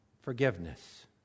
forgiveness